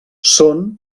són